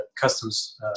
customs